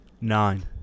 Nine